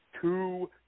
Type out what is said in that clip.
two